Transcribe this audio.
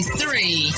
three